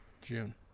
June